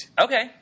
Okay